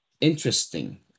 interesting